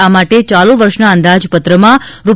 આ માટે ચાલુ વર્ષના અંદાજપત્રમાં રૂ